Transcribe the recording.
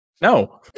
No